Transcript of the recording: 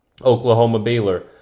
Oklahoma-Baylor